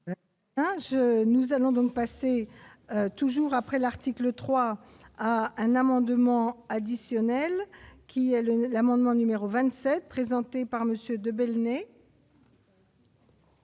nous allons donc passé toujours après l'article 3 à un amendement additionnels qui est le média moment numéro 27 présenté par Monsieur de Belenet.